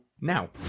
now